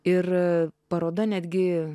ir paroda netgi